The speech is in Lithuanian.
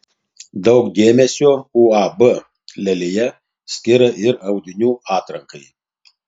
daug dėmesio uab lelija skiria ir audinių atrankai